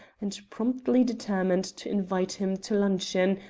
and promptly determined to invite him to luncheon,